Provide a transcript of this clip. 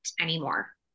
anymore